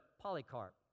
Polycarp